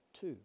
Two